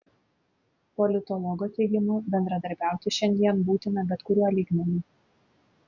politologo teigimu bendradarbiauti šiandien būtina bet kuriuo lygmeniu